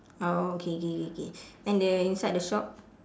oh K K K K then the inside the shop